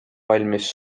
valmis